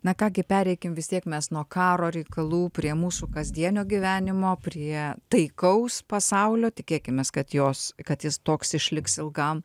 na ką gi pereikim vis tiek mes nuo karo reikalų prie mūsų kasdienio gyvenimo prie taikaus pasaulio tikėkimės kad jos kad jis toks išliks ilgam